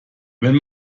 wenn